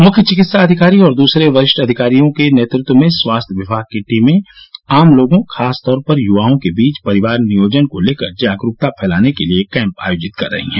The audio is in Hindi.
मुख्य चिकित्सा अधिकारी और दूसरे वरिष्ठ अधिकारियों के नेतृत्व में स्वास्थ्य विभाग की टीमें आम लोगों खासतौर पर युवाओं के बीच परिवार नियोजन को लेकर के जागरूकता फैलाने के लिए कैंप आयोजित कर रही हैं